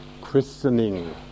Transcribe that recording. christening